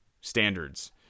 standards